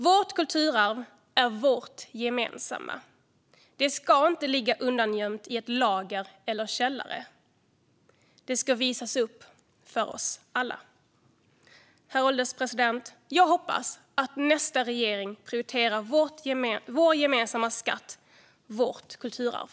Vårt kulturarv är vårt gemensamma. Det ska inte ligga undangömt i ett lager eller en källare. Det ska visas upp för oss alla. Herr ålderspresident! Jag hoppas att nästa regering prioriterar vår gemensamma skatt: vårt kulturarv.